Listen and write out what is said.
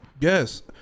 Yes